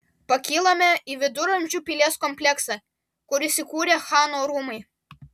pakylame į viduramžių pilies kompleksą kur įsikūrę chano rūmai